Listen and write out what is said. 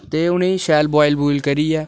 ते उ'नेंगी शैल बुआइल करियै